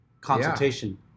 consultation